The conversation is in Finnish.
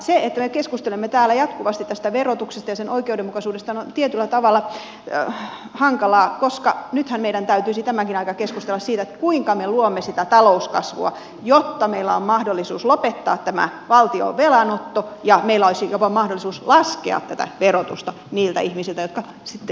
se että me keskustelemme täällä jatkuvasti tästä verotuksesta ja sen oikeudenmukaisuudesta on tietyllä on tavalla hankalaa koska nythän meidän täytyisi tämäkin aika keskustella siitä kuinka me luomme sitä talouskasvua jotta meillä on mahdollisuus lopettaa tämä valtion velanotto ja meillä olisi jopa mahdollisuus laskea tätä verotusta niiltä ihmisiltä jotka käyvät palkkatyössä